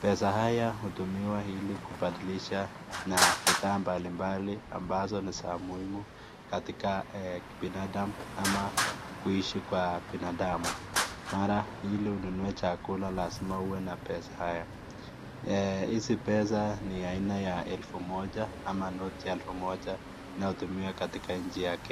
Pesa haya hutumiwa ili kubadilisha na fidhaa mbalimbali ambazo ni za muhimu katika binadamu ama kuishi kwa binadamu. Mara, ili ununue chakula, lazima uwe na pesa hayo. Hizi pesa ni aina ya elfu moja ama noti ya elfu moja inayotumiwa katika nchi ya Kenya.